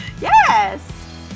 Yes